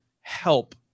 help